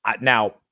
Now